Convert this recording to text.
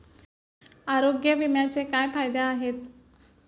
आरोग्य विम्याचे काय फायदे आहेत?